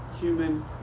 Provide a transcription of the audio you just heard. human